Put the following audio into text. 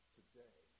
today